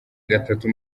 gatatu